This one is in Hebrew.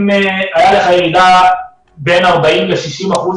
אם הייתה לך ירידה בין 40 ל-60 אחוזים,